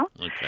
Okay